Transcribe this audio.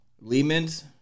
Lehman's